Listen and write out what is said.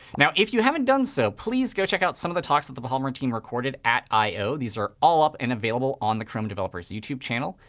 now, if you haven't done so, please go check out some of the talks that the polymer team recorded at i o. these are all up and available on the chrome developer's youtube channel.